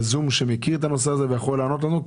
ב-זום שמכיר את הנושא הזה ויכול לענות לנו.